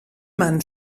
man